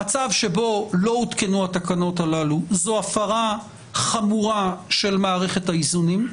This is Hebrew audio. המצב שבו לא הותקנו התקנות הללו זו הפרה חמורה של מערכת האיזונים,